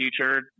future